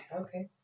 Okay